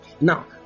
Now